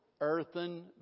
Earthen